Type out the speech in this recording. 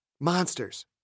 Monsters